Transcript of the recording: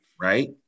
right